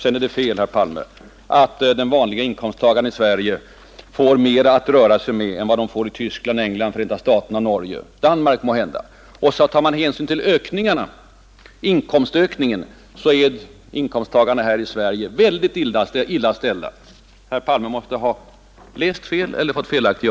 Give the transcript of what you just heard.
Sedan är det fel, herr Palme, att en vanlig inkomsttagare i Sverige får mera pengar Över att röra sig med efter skatt än vad man får i Tyskland, England, Förenta staterna och Norge — Danmark måhända. Och studerar man inkomstökningarnas behandling här i Sverige är våra inkomsttagare väldigt illa ställda. Herr Palme måste ha läst fel eller ha fått felaktiga